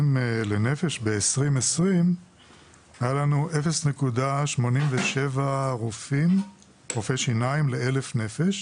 ב-2020 היה לנו 0.87 רופאי שיניים ל-1,000 נפש.